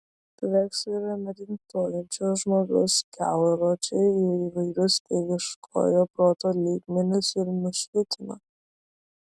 paveikslai yra medituojančio žmogaus kelrodžiai į įvairius dieviškojo proto lygmenis ir nušvitimą